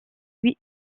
huit